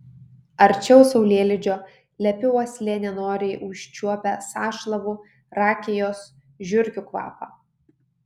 arčiau saulėlydžio lepi uoslė nenoriai užčiuopia sąšlavų rakijos žiurkių kvapą